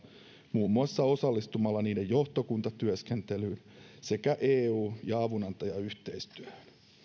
muun muassa osallistumalla niiden johtokuntatyöskentelyyn sekä eu ja avunantajayhteistyöhän